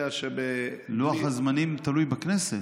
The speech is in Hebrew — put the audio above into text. כי אדוני יודע, לוח הזמנים תלוי בכנסת.